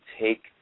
take